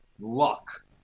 luck